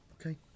Okay